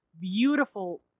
beautiful